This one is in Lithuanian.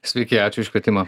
sveiki ačiū už kvietimą